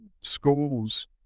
schools